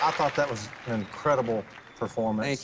ah thought that was an incredible performance.